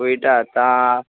কুড়িটা তা